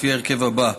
לפי ההרכב הזה: